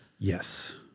yes